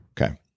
Okay